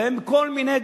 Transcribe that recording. והם כל מיני,